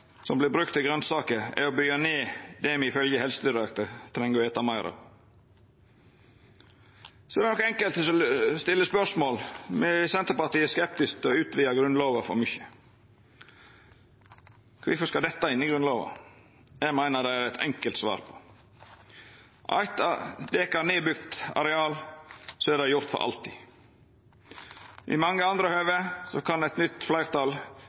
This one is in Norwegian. som vert brukt til grønsaker, er å byggja ned det me ifølgje Helsedirektoratet treng å eta meir av. Så er det nok enkelte som stiller spørsmål. Me i Senterpartiet er skeptiske til å utvida Grunnlova for mykje. Kvifor skal dette inn i Grunnlova? Eg meiner det er eit enkelt svar på det. Byggjer ein ned eit dekar, er det gjort for alltid. I mange andre høve kan eit nytt fleirtal